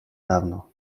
dawno